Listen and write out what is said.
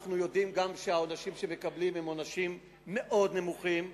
אנחנו יודעים גם שהעונשים שמקבלים הם עונשים מאוד נמוכים,